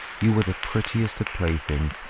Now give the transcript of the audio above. you were the prettiest of playthings,